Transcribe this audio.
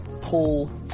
pull